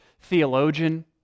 theologian